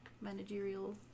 managerial